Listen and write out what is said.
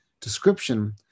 description